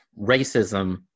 racism